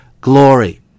glory